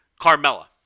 Carmella